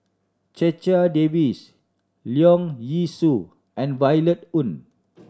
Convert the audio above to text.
Checha Davies Leong Yee Soo and Violet Oon